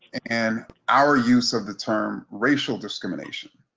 and our use of the term racial discrimination.